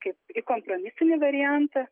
kaip į kompromisinį variantą